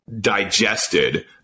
digested